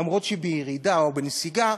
אף שהיא בירידה או בנסיגה,